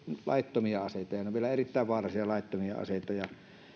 laittomia aseita ja ne ovat vielä erittäin vaarallisia laittomia aseita